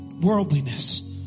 worldliness